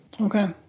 Okay